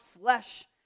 flesh